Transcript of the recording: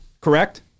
Correct